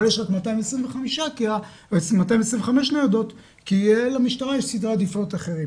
אבל יש רק 225 ניידות כי למשטרה יש סדרי עדיפויות אחרים.